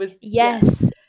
Yes